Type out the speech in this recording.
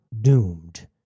doomed